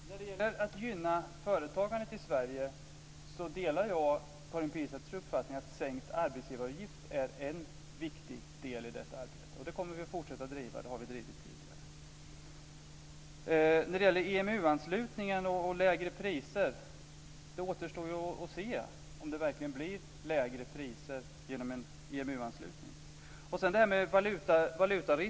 Herr talman! När det gäller att gynna företagandet i Sverige delar jag Karin Pilsäters uppfattning att sänkt arbetsgivaravgift är en viktig del i detta arbete. Vi kommer att fortsätta driva frågan om detta liksom vi har gjort tidigare. Det återstår att se om det verkligen blir lägre priser genom en EMU-anslutning.